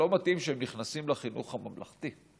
לא מתאים שהם נכנסים לחינוך הממלכתי.